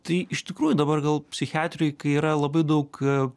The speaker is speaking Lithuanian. tai iš tikrųjų dabar gal psichiatrijoj kai yra labai daug